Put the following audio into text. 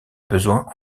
besoin